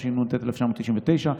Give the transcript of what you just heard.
התשנ"ט 1999,